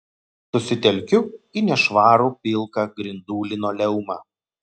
susitelkiu į nešvarų pilką grindų linoleumą